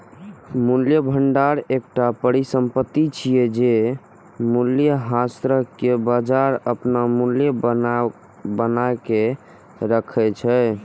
मूल्यक भंडार एकटा परिसंपत्ति छियै, जे मूल्यह्रासक बजाय अपन मूल्य बनाके राखै छै